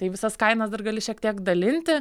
tai visas kainas dar gali šiek tiek dalinti